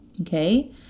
Okay